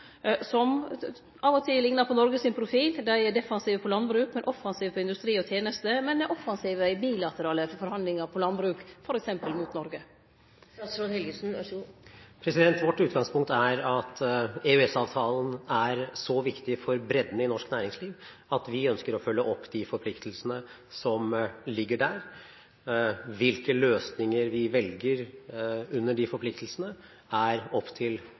som av og til liknar på Noreg sin profil: Dei er defensive på landbruk, men offensive på industri og tenester. Men dei er offensive i bilaterale forhandlingar på landbruk, f.eks. med Noreg. Vårt utgangspunkt er at EØS-avtalen er så viktig for bredden i norsk næringsliv at vi ønsker å følge opp de forpliktelsene som ligger der. Hvilke løsninger vi velger under de forpliktelsene, er opp til